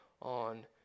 on